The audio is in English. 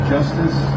Justice